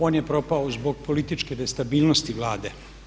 On je propao zbog političke nestabilnosti Vlade.